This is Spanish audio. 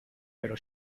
pero